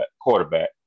quarterback